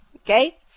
Okay